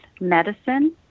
medicine